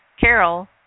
Carol